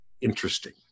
interesting